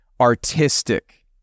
artistic